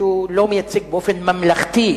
שהוא לא מייצג באופן ממלכתי,